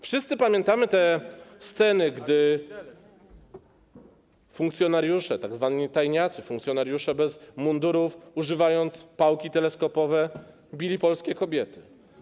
Wszyscy pamiętamy te sceny, gdy funkcjonariusze, tzw. tajniacy, funkcjonariusze bez mundurów, używając pałek teleskopowych, bili polskie kobiety.